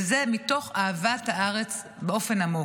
וזה מתוך אהבת הארץ באופן עמוק.